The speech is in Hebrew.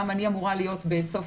גם אני אמורה להיות בסוף